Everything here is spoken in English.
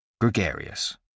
Gregarious